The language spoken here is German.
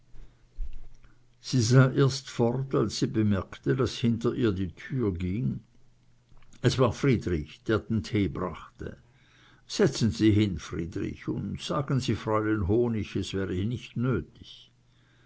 sie sah erst fort als sie bemerkte daß hinter ihr die tür ging es war friedrich der den tee brachte setzen sie hin friedrich und sagen sie fräulein honig es wäre nicht nötig